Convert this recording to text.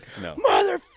No